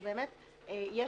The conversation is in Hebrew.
אז באמת יש